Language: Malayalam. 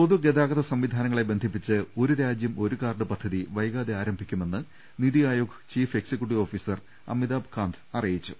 പൊതു ഗതാഗത സംവിധാനങ്ങളെ ബന്ധിപ്പിച്ച് ഒരു രാജ്യം ഒരു കാർഡ് പദ്ധതി വൈകാതെ ആരംഭിക്കുമെന്ന് NITI Aayog chief executive officer Amitabh Kant അറിയിച്ചു